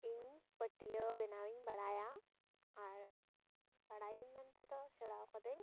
ᱤᱧ ᱯᱟᱹᱴᱭᱟᱹ ᱵᱮᱱᱟᱣᱤᱧ ᱵᱟᱲᱟᱭᱟ ᱟᱨ ᱵᱟᱲᱟᱭᱟᱹᱧ ᱢᱮᱱᱛᱮ ᱫᱚ ᱥᱮᱬᱟᱣ ᱠᱟᱹᱫᱟᱹᱧ